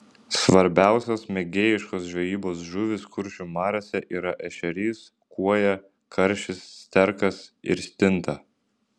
svarbiausios mėgėjiškos žvejybos žuvys kuršių mariose yra ešerys kuoja karšis sterkas ir stinta